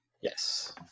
Yes